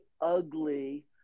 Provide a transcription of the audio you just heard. ugly